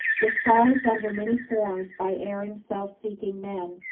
disguised under many forms by erring self-seeking man,